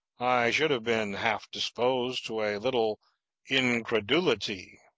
should have been half disposed to a little incredulity.